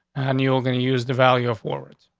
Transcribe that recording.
and you're going to use the value of wards.